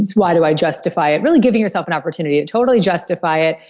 why do i justify it? really giving yourself an opportunity to totally justify it,